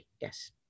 yes